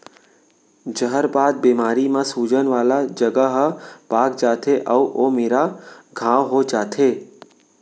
जहरबाद बेमारी म सूजन वाला जघा ह पाक जाथे अउ ओ मेरा घांव हो जाथे